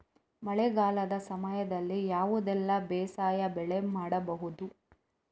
ಮಳೆಗಾಲದ ಸಮಯದಲ್ಲಿ ಯಾವುದೆಲ್ಲ ಬೇಸಾಯ ಬೆಳೆ ಮಾಡಬಹುದು?